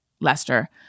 Lester